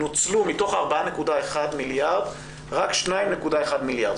נוצלו מתוך ה-4.1 מיליארד רק 2.1 מיליארד.